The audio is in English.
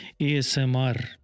ASMR